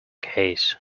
case